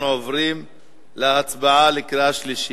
אנחנו עוברים להצבעה בקריאה שלישית.